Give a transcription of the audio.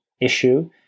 issue